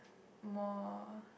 more